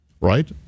right